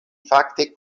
fakte